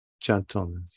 gentleness